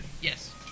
Yes